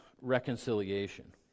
reconciliation